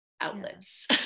outlets